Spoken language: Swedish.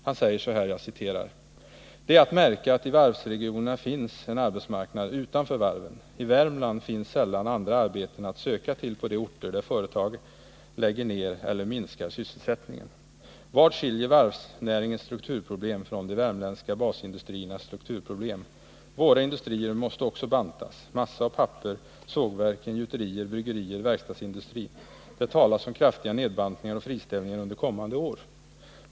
Han skrev: ”Det är att märka att i varvsregionerna finns en arbetsmarknad utanför varven. I Värmland finns sällan andra arbeten att söka till på de orter där företag lägger ned eller minskar sysselsättningen. Vad skiljer varvsnäringens strukturproblem från de värmländska basindustriernas strukturproblem? Våra industrier måste också bantas. Massa och papper, sågverken, gjuterier, bryggerier, verkstadsindustrin, det talas om kraftiga nedbantningar och friställningar under kommande år.